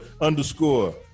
underscore